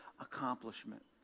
accomplishment